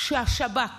שהשב"כ